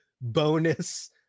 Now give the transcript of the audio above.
bonus